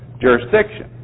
jurisdiction